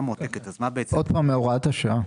שוב, מהוראת השעה.